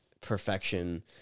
perfection